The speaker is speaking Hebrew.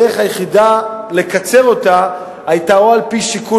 הדרך היחידה לקצר אותה היתה או על-פי שיקול